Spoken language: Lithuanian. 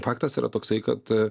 faktas yra toksai kad